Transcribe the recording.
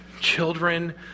children